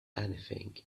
anything